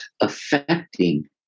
affecting